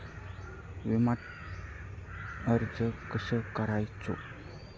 विम्याक अर्ज कसो करायचो?